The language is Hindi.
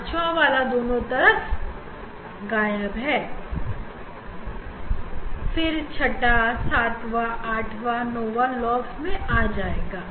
पांचवा वाला दोनों तरफ पांचवा वाला लापता है फिर छठवां सातवां आठवां नावा साइड lobes में आ जाएगा